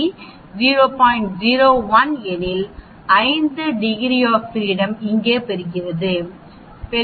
01 எனில் 5 degree of freedom இங்கே பெறுகிறீர்கள் 4